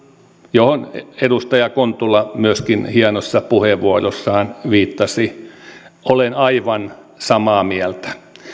johon edustaja kontula myöskin hienossa puheenvuorossaan viittasi olen aivan samaa mieltä